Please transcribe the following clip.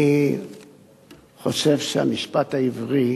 אני חושב שהמשפט העברי